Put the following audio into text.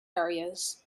areas